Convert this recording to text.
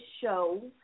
show